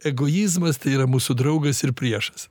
egoizmas tai yra mūsų draugas ir priešas